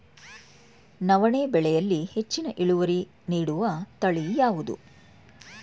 ನವಣೆ ಬೆಳೆಯಲ್ಲಿ ಹೆಚ್ಚಿನ ಇಳುವರಿ ನೀಡುವ ತಳಿ ಯಾವುದು?